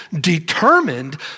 determined